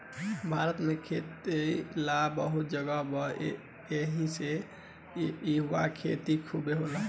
भारत में खेती ला बहुते जगह बा एहिसे इहवा खेती खुबे होखेला